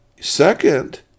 Second